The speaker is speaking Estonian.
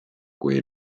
kui